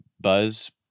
buzz